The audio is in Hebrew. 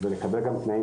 ותיקון חקיקה,